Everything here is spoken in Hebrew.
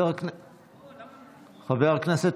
חבר הכנסת